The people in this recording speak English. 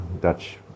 Dutch